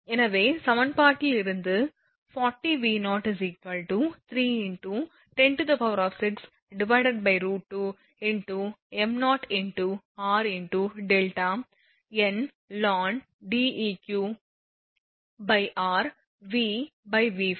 எனவே சமன்பாட்டில் இருந்து 40 V0 3 × 106√2 × m0 × r × δ n ln Deqr Vphase